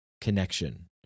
connection